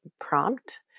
prompt